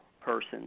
person